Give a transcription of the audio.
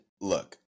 look